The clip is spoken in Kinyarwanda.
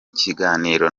kiganiro